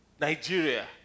Nigeria